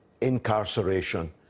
incarceration